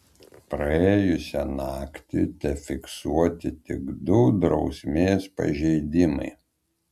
praėjusią naktį tefiksuoti tik du drausmės pažeidimai